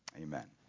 Amen